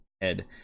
head